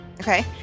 Okay